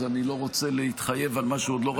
אז אני לא רוצה להתחייב על מה שעוד לא ראיתי בעיניי.